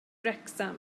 wrecsam